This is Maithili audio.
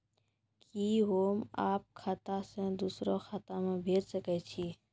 कि होम आप खाता सं दूसर खाता मे भेज सकै छी?